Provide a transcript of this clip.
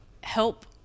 help